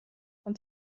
von